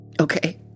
Okay